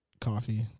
Coffee